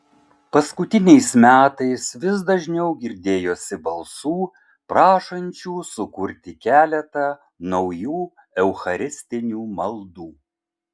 paskutiniais metais vis dažniau girdėjosi balsų prašančių sukurti keletą naujų eucharistinių maldų